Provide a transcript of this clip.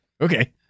Okay